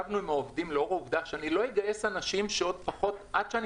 לאור העובדה שאני לא אגייס אנשים שעד שאני